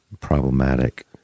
problematic